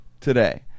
today